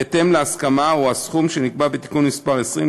בהתאם להסכמה או הסכום שנקבע בתיקון מס' 20,